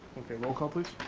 okay, roll call, please.